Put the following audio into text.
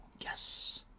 Yes